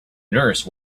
nurse